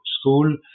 school